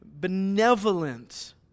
benevolent